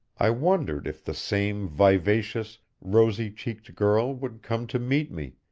i wondered if the same vivacious, rosy-cheeked girl would come to meet me,